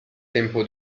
tempo